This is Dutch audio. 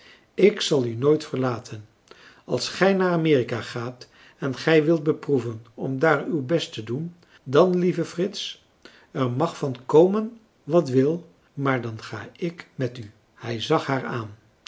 ik zal u nooit verlaten als gij naar amerika gaat en gij wilt beproeven om daar uw best te doen dan lieve frits er mag van komen wat wil maar dan ga ik met u hij zag haar aan